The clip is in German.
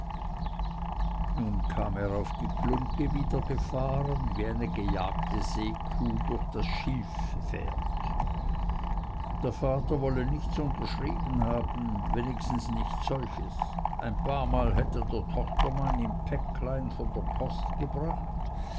nun kam er auf die glungge wieder gefahren wie eine gejagte seekuh durch den schilf fährt der vater wollte nichts unterschrieben haben wenigstens nichts solches ein paarmal hätte der tochtermann ihm päcklein von der post gebracht